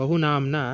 बहु नाम्ना